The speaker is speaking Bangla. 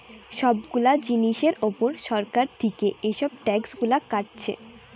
সব গুলা জিনিসের উপর সরকার থিকে এসব ট্যাক্স গুলা কাটছে